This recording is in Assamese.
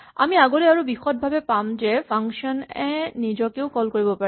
আমি আগলৈ আৰু বিশদভাৱে পাম যে এটা ফাংচন এ নিজকেও কল কৰিব পাৰে